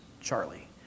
Charlie